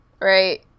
Right